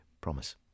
Promise